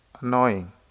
annoying